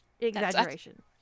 exaggeration